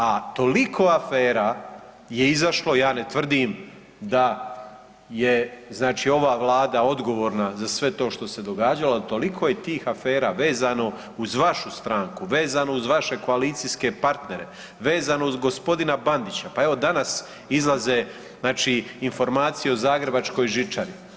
A toliko afera je izašlo, ja ne tvrdim da je znači ova Vlada odgovorna za sve to što se događalo, ali toliko je tih afera vezano uz vašu stranku, vezano uz vaše koalicijske partnere, vezano uz gospodina Bandića, pa evo danas izlaze znači informacije o zagrebačkoj žičari.